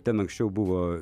ten anksčiau buvo